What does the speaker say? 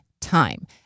time